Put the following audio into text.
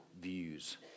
views